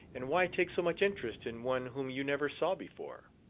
and why take so much interest in one whom you never saw before